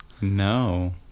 No